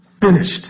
finished